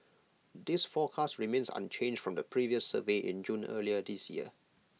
this forecast remains unchanged from the previous survey in June earlier this year